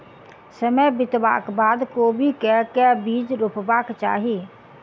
समय बितबाक बाद कोबी केँ के बीज रोपबाक चाहि?